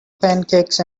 pancakes